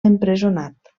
empresonat